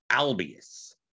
Albius